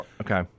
Okay